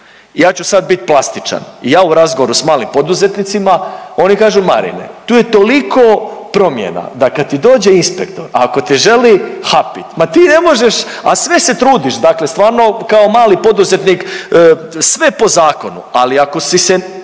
Ja ću sad bit plastičan, ja u razgovoru s malim poduzetnicima, oni kažu Marine, tu je toliko promjena da kad ti dođe inspektor, ako te želi hapit, ma ti ne možeš, a sve se trudit, dakle stvarno kao mali poduzetnik, sve po zakonu, ali ako si se